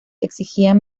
exigían